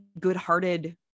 good-hearted